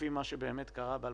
לפי מה שבאמת קרה ב-2019.